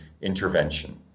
intervention